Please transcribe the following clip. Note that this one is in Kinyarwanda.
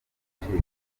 agaciro